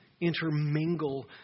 intermingle